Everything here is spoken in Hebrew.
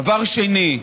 דבר שני,